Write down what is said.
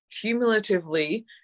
cumulatively